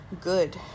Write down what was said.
good